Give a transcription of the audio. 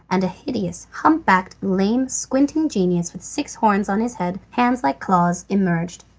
and a hideous, hump-backed, lame, squinting genius, with six horns on his head, hands like claws, emerged.